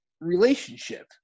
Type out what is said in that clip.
relationship